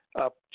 up